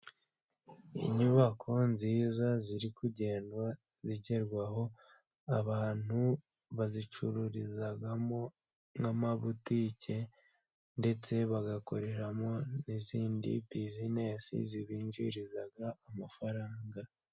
Inyubako nziza ziri kugenda zigerwaho, abantu bazicururizamo nk'amabutike，ndetse bagakoreramo n'izindi bizinesi zibinjiriza amafaranga.